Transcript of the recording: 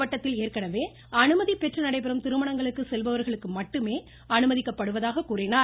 மாவட்டத்தில் ஏற்கனவே அனுமதி பெற்று நடைபெறும் திருமணங்களுக்கு செல்பவர்கள் மட்டுமே அனுமதிக்கப்படுவதாக கூறினார்